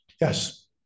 Yes